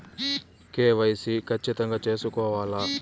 KYC ఖచ్చితంగా సేసుకోవాలా